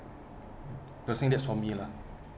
closing that's for me lah